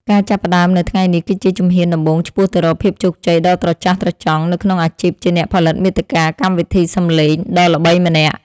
ការចាប់ផ្តើមនៅថ្ងៃនេះគឺជាជំហានដំបូងឆ្ពោះទៅរកភាពជោគជ័យដ៏ត្រចះត្រចង់នៅក្នុងអាជីពជាអ្នកផលិតមាតិកាកម្មវិធីសំឡេងដ៏ល្បីម្នាក់។